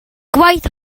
gwaith